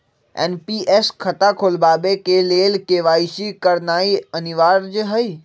NPS खता खोलबाबे के लेल के.वाई.सी करनाइ अनिवार्ज हइ